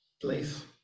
place